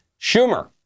Schumer